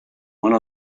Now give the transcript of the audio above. one